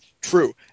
true